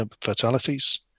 fatalities